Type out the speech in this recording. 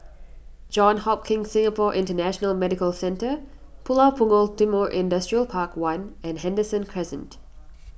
Johns Hopkins Singapore International Medical Centre Pulau Punggol Timor Industrial Park one and Henderson Crescent